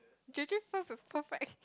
J_J first was perfect